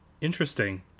Interesting